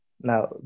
Now